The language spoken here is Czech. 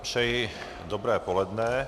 Přeji dobré poledne.